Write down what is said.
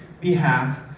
behalf